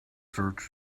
search